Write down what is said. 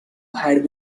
had